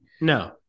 No